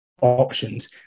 options